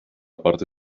parte